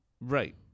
right